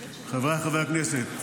חבריי חברי הכנסת,